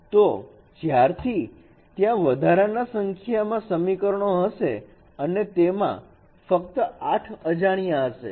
તો જ્યારથી ત્યાં વધારે સંખ્યામાં સમીકરણો હશે અને તેમાં આ ફક્ત 8 અજાણ્યા હશે